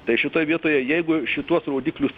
tai šitoj vietoje jeigu šituos rodiklius